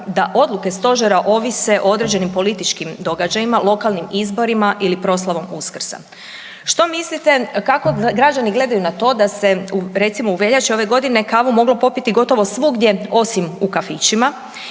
da odluke Stožera ovise o određenim političkim događajima, lokalnim izborima ili proslavom Uskrsa? Što mislite kako građani gledaju na to da se u recimo u veljači ove godine, kavu moglo popiti gotovo svugdje osim u kafićima